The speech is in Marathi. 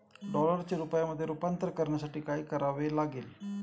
डॉलरचे रुपयामध्ये रूपांतर करण्यासाठी काय करावे लागेल?